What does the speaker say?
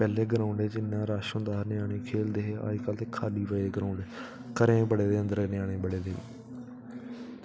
पैह्लें ग्राऊंड च इन्ना रश होंदा हा ञ्यानें खेल्लदे हे अजकल्ल ते खाल्ली पेदे ग्राऊंड घरें बड़े अंदर ञ्याने बड़े